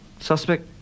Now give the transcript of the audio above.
Suspect